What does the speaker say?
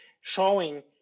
showing